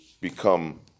become